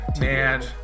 Man